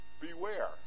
Beware